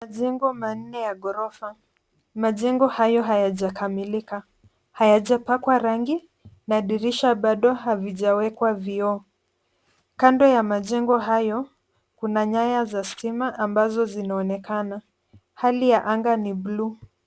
Majengo manne ya ghorofa. Majengo hayo hayajakamilika. hayajapakwa rangi na dirisha bado havijawekwa vioo. Kando ya majengo hayo kuna nyaya za stima ambazo zinaonekana. Hali ya anga ni blue .